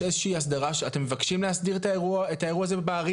אתם מבקשים להסדיר את האירוע הזה בערים